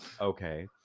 Okay